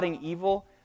evil